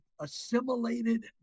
assimilated